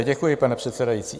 Děkuji, pane předsedající.